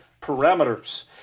parameters